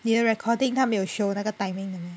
你的 recording 它没有 show 那个 timing 的 meh